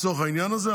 לצורך העניין זה,